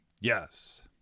Yes